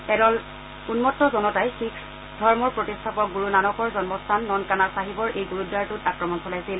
এদল উন্মত্ত জনতাই শিখ ধৰ্মৰ প্ৰতিষ্ঠাপক গুৰু নানকৰ জন্মস্থান ননকানা ছাহিবৰ এই গুৰুদ্বাৰটো আক্ৰমণ ছলাইচিল